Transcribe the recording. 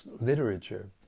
literature